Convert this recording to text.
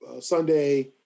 Sunday